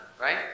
right